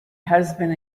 husband